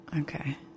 Okay